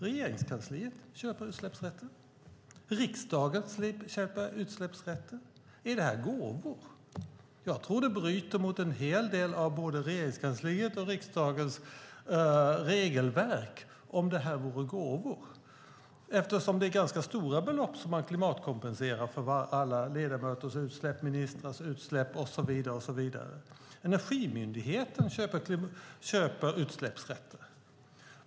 Regeringskansliet köper utsläppsrätter. Riksdagen köper utsläppsrätter. Är det gåvor? Jag tror att det skulle bryta mot en hel del av både Regeringskansliets och riksdagens regelverk om det skulle ses som gåvor, eftersom det är ganska stora belopp som alla ledamöters och ministrars utsläpp klimatkompenseras med. Energimyndigheten köper utsläppsrätter.